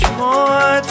more